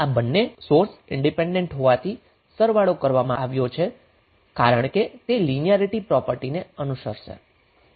આ બંને source independent હોવાથી સરવાળો કરવામાં આવ્યો છે કારણ કે તે લીનીયારીટી પ્રોપર્ટિને અનુસરશે